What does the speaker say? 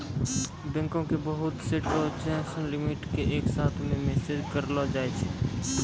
बैंको के बहुत से ट्रांजेक्सन लिमिट के एक साथ मे मैनेज करैलै हुवै छै